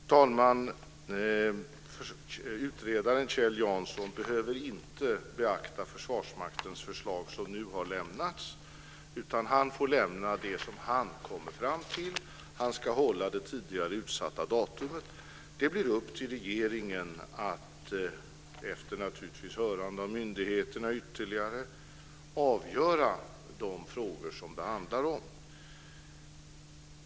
Fru talman! Utredaren Kjell Jansson behöver inte beakta Försvarsmaktens förslag, som nu har lämnats, utan han får lämna det han kommer fram till. Han ska hålla det tidigare utsatta datumet. Det blir upp till regeringen, naturligtvis efter hörande av myndigheterna, att ytterligare avgöra de frågor som det handlar om.